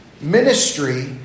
ministry